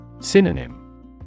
Synonym